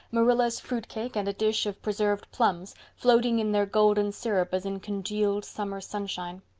marilla's fruit cake and a dish of preserved plums, floating in their golden syrup as in congealed summer sunshine.